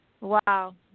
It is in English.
wow